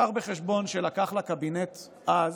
קח בחשבון שלקח לקבינט אז